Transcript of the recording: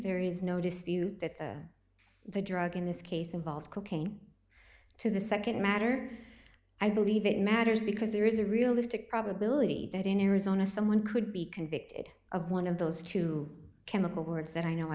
there is no dispute that the drug in this case involves cocaine to the nd matter i believe it matters because there is a realistic probability that in arizona someone could be convicted of one of those two chemical words that i know